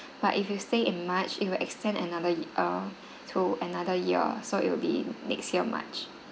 but if you stay in march it will extend another ye~ err to another year so it will be next year march